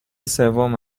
سوم